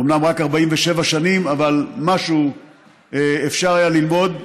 אומנם רק 47 שנים, אבל משהו אפשר היה ללמוד,